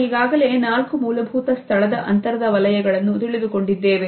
ನಾವು ಈಗಾಗಲೇ ನಾಲ್ಕು ಮೂಲಭೂತ ಸ್ಥಳದ ಅಂತರದ ವಲಯಗಳನ್ನು ತಿಳಿದುಕೊಂಡಿದ್ದೇವೆ